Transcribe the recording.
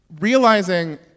realizing